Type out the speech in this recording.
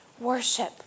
worship